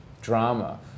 drama